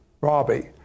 Robbie